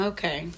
Okay